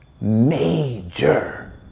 Major